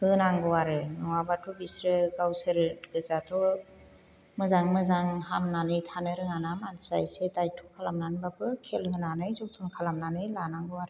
होनांगौ आरो नङाब्लाथ' बिसोरो गावसोर गोजाथ' मोजां मोजां हामनानै थानो रोङाना मानसिया इसे दायथ्थ' खालामनानैबाबो खेल होनानै जोथोन खालामनानै लानांगौ आरो